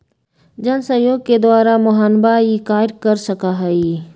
जनसहयोग के द्वारा मोहनवा ई कार्य कर सका हई